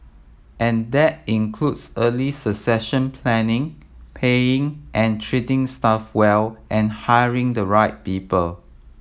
and that includes early succession planning paying and treating staff well and hiring the right people